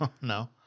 no